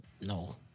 no